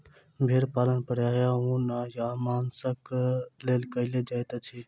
भेड़ पालन प्रायः ऊन आ मौंसक लेल कयल जाइत अछि